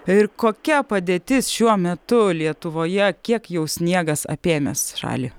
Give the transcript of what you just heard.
ir kokia padėtis šiuo metu lietuvoje kiek jau sniegas apėmęs šalį